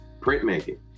printmaking